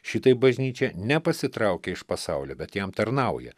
šitaip bažnyčia nepasitraukė iš pasaulio bet jam tarnauja